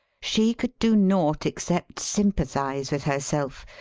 she could do naught except sympathise with herself,